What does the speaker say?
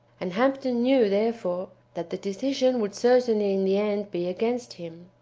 and hampden knew, therefore, that the decision would certainly, in the end, be against him.